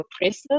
oppressive